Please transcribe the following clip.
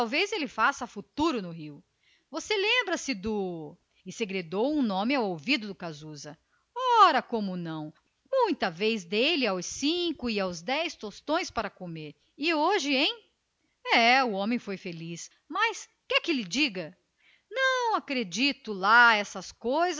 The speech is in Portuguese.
olhe ele talvez faça futuro no rio você lembra-se do e segredou um nome ao ouvido do casusa ora como não muita vez dei-lhe aos cinco e aos dez tostões para comer coitado e hoje hein é foi feliz mas quer que lhe diga não acredito lá essas coisas